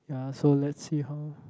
ya so let's see how